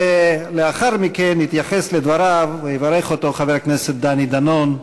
לאחר מכן יתייחס לדבריו ויברך אותו חבר הכנסת דני דנון,